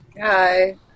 Hi